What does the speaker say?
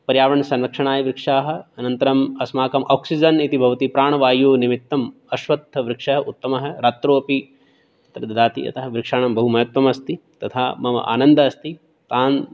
पर्यावरणसंरक्षणाय वृक्षाः अनन्तरम् अस्माकम् आक्सिजेन् इति भवति प्राणवायुनिमित्तं अश्वत्थवृक्षः उत्तमः रात्रौ अपि तद् ददाति अतः वृक्षाणां बहुमहत्त्वम् अस्ति तथा मम आनन्दः अस्ति तान्